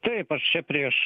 taip aš čia prieš